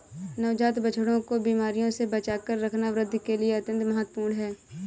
नवजात बछड़ों को बीमारियों से बचाकर रखना वृद्धि के लिए अत्यंत महत्वपूर्ण है